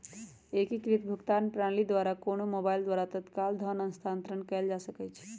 एकीकृत भुगतान प्रणाली द्वारा कोनो मोबाइल द्वारा तत्काल धन स्थानांतरण कएल जा सकैछइ